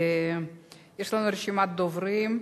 יש לנו רשימת דוברים.